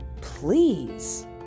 Please